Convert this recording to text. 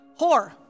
whore